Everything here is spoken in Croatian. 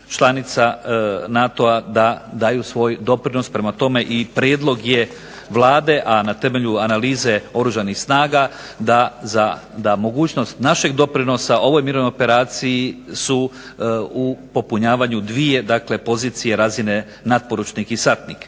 članica NATO-a da daju svoj doprinos. Prema tome i prijedlog je Vlade, a na temelju analize Oružanih snaga da mogućnost našeg doprinosa ovoj mirovnoj operaciji su u popunjavanju dvije, dakle pozicije i razine natporučnik i satnik.